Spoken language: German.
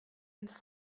ins